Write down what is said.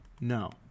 No